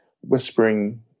whispering